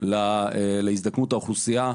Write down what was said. להזדקנות האוכלוסייה,